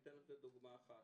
אתן דוגמה אחת.